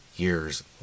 years